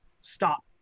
stop